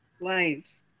lives